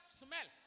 smell